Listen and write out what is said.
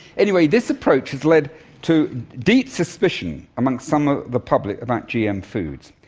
anyway, this approach has led to deep suspicion amongst some of the public about gm foods.